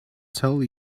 tell